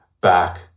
back